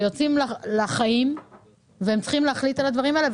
יוצאים לחיים והם צריכים להחליט על הדברים האלה.